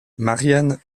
marianne